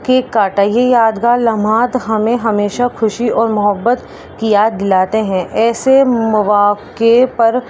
cake کاٹا یہ یادگار لمحات ہمیں ہمیشہ خوشی اور محبت کی یاد دلاتے ہیں ایسے مواقع پر